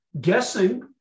guessing